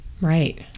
Right